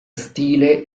stile